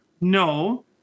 no